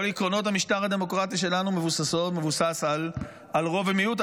כל עקרונות המשטר הדמוקרטי שלנו מבוססים רוב ומיעוט,